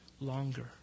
longer